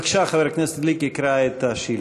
בבקשה, חבר הכנסת גליק יקרא את השאילתה.